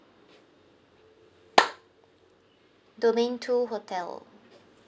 domain two hotel